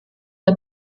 der